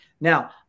Now